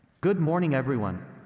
good morning, everyone.